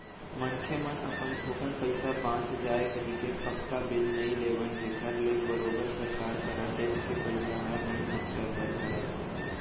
मनखे मन अपन थोकन पइसा बांच जाय कहिके पक्का बिल नइ लेवन जेखर ले बरोबर सरकार करा टेक्स के पइसा ह नइ पहुंचय बर धरय